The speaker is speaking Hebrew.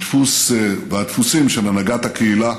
ומהדפוסים של הנהגת הקהילה,